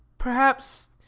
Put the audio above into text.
perhaps,